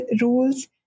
rules